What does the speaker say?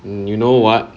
you know what